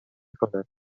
کند